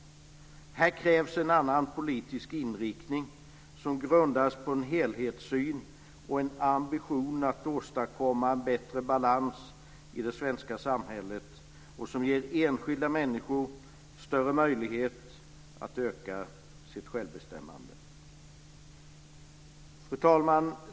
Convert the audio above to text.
Här krävs en annan politisk inriktning som grundas på en helhetssyn och en ambition att åstadkomma en bättre balans i det svenska samhället och som ger enskilda människor större möjlighet att öka sitt självbestämmande. Fru talman!